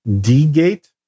D-gate